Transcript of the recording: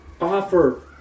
offer